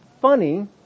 funny